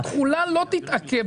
התחולה לא תתעכב,